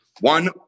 one